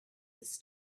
this